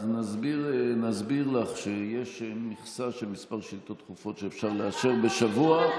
אז נסביר לך שיש מכסה של מספר שאילתות דחופות שאפשר לאשר בשבוע,